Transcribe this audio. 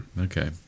Okay